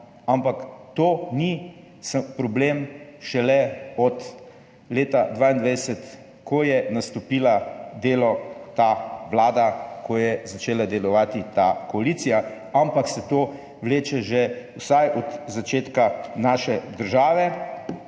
ampak to ni problem šele od leta 2022, ko je nastopila delo ta vlada, ko je začela delovati ta koalicija, ampak se to vleče že vsaj od začetka naše države.